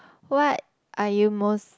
what are you most